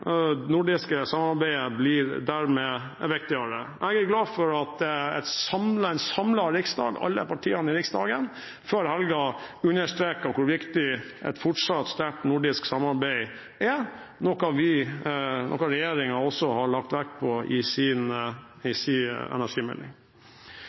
Det nordiske samarbeidet blir dermed viktigere. Jeg er glad for at en samlet riksdag – alle partiene i Riksdagen – før helgen understreket hvor viktig et fortsatt sterkt nordisk samarbeid er, noe regjeringen også har lagt vekt på i sin energimelding. Vi vet også at i